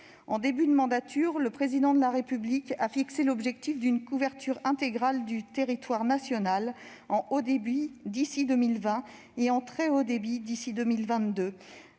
En début de mandature, le Président de la République a fixé l'objectif d'une couverture intégrale du territoire national en haut débit d'ici à 2020, et en très haut débit d'ici à 2022.